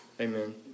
amen